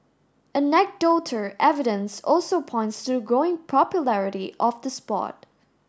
anecdotal evidence also points to growing popularity of the sport